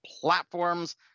platforms